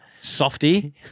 softy